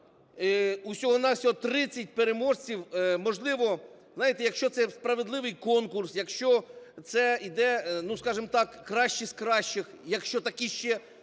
усього-на-всього, 30 переможців, можливо, знаєте, якщо це справедливий конкурс, якщо це йде, ну, скажімо так, кращі з кращих, якщо такі ще